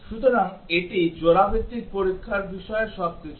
সুতরাং এটি জোড়া ভিত্তিক পরীক্ষার বিষয়ে সবকিছু